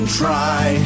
try